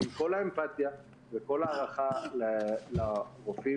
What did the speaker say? עם כל האמפתיה וכל ההערכה לרופאים,